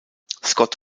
scott